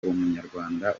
umunyarwanda